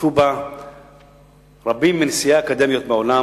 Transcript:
שהשתתפו בה רבים מנשיאי האקדמיות בעולם,